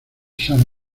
sale